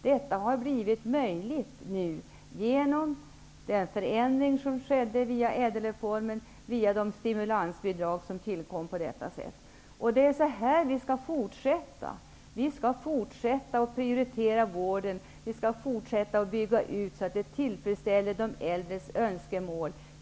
Detta har blivit möjligt genom de stimulansbidrag som möjliggjordes tack vare ÄDEL-reformen. Det är så här vi skall fortsätta. Vi skall fortsätta att prioritera vården. Vi skall fortsätta att bygga ut, så att de äldres önskemål blir tillfredsställda.